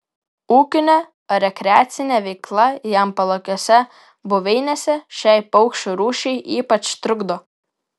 ūkinė ar rekreacinė veikla jam palankiose buveinėse šiai paukščių rūšiai ypač trukdo